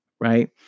right